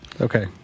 Okay